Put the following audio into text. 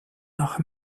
noch